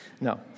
No